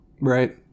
Right